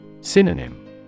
Synonym